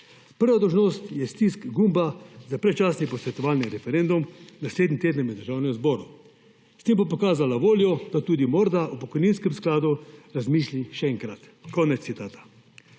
Prva dolžnost je stisk gumba za predčasni posvetovalni referendum naslednji teden v Državnem zboru. S tem bo pokazala voljo, da tudi morda o pokojninskem skladu razmisli še enkrat.«, konec citata.